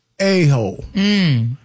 a-hole